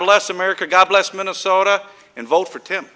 bless america god bless minnesota and vote for tim